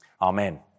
Amen